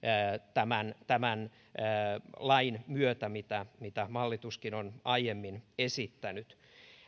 tämän tämän lain myötä mitä mitä hallituskin on aiemmin esittänyt